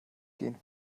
gehen